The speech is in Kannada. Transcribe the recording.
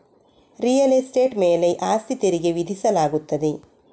ರಿಯಲ್ ಎಸ್ಟೇಟ್ ಮೇಲೆ ಆಸ್ತಿ ತೆರಿಗೆ ವಿಧಿಸಲಾಗುತ್ತದೆ